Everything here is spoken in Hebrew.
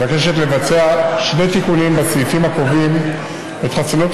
שמבקשים במפורש להירשם במאגר,